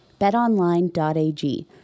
BetOnline.ag